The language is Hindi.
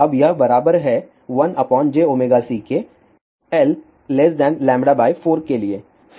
अब यह बराबर है 1j ωC के l λ 4 के लिए